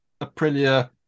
Aprilia